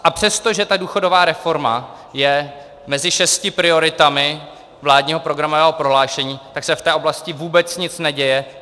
A přestože důchodová reforma je mezi šesti prioritami vládního programového prohlášení, tak se v té oblasti vůbec nic neděje.